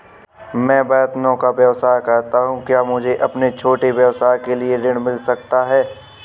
मैं बर्तनों का व्यवसाय करता हूँ क्या मुझे अपने छोटे व्यवसाय के लिए ऋण मिल सकता है?